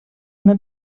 una